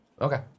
Okay